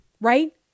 Right